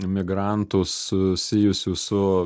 migrantų susijusių su